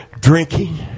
Drinking